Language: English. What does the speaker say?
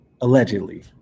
allegedly